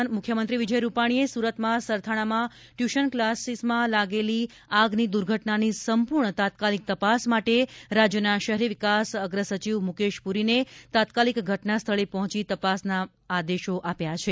દરમિયાન મુખ્યમંત્રી વિજય રૂપાણીએ સૂરતમાં સરથાણામાં ટયૂશન કલાસમાં લાગેલી આગની દૂર્ઘટનાની સંપૂર્ણ તાત્કાલિક તપાસ માટે રાજ્યના શહેરી વિકાસ અગ્ર સચિવ મૂકેશ પૂરીને તાત્કાલિક ઘટના સ્થળે પહોંચી તપાસ માટેના આદેશો આપ્યા છે